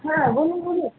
হ্যাঁ বলুন বলুন